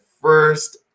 first